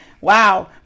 Wow